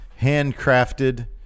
handcrafted